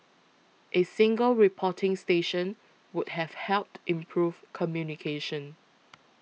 a single reporting station would have helped improve communication